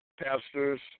pastors